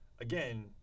Again